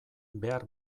behar